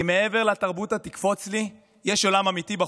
כי מעבר לתרבות ה"תקפוץ לי" יש עולם אמיתי בחוץ,